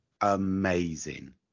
Amazing